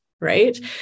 Right